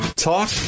Talk